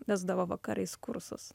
vesdavo vakarais kursus